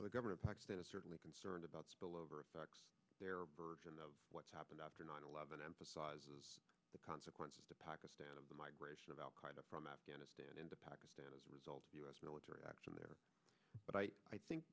a governor of pakistan is certainly concerned about spillover effects their version of what's happened after nine eleven emphasizes the consequences to pakistan of the migration of al qaida from afghanistan into pakistan as a result of u s military action there but i i think